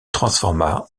transforma